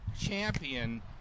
champion